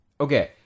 okay